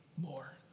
more